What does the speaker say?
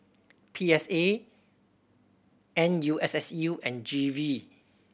P S A N U S S U and G V